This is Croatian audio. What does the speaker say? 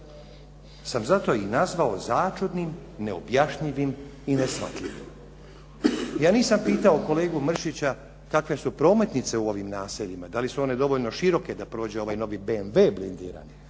sam zato i nazvao začudnim, neobjašnjivim i neshvatljivim. Ja nisam pitao kolegu Mršića kakve su prometnice u ovim naseljima, da li su one dovoljno široke da prođe ovaj novi BMW blindirani,